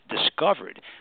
discovered